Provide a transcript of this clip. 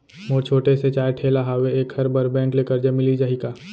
मोर छोटे से चाय ठेला हावे एखर बर बैंक ले करजा मिलिस जाही का?